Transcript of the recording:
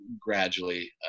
gradually